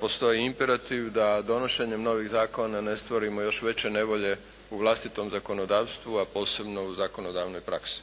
postoji imperativ da donošenjem novih zakona ne stvorimo još veće nevolje u vlastitom zakonodavstvu, a posebno u zakonodavnoj praksi.